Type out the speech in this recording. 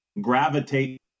gravitate